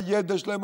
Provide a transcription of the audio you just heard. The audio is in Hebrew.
הידע שלהם,